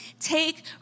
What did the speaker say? Take